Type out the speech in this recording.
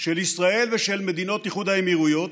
של ישראל ושל מדינות איחוד האמירויות,